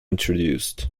introduced